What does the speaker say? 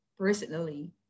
Personally